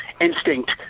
instinct